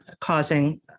causing